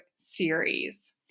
series